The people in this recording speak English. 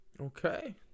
Okay